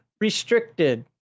restricted